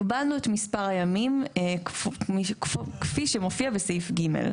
הגבלנו את מספר הימים כפי שמופיע בסעיף (ג).